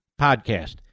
Podcast